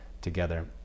together